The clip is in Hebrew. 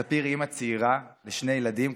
ספיר היא אימא צעירה לשני ילדים,